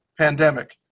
pandemic